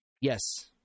Yes